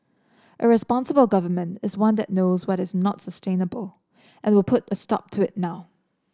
a responsible Government is one that knows what is not sustainable and will put a stop to it now